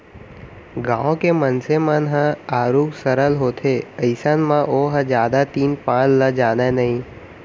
गाँव के मनसे मन ह आरुग सरल होथे अइसन म ओहा जादा तीन पाँच ल जानय नइ